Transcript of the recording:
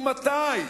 ומתי,